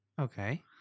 Okay